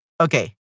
Okay